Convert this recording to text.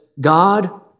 God